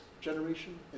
generation